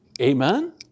Amen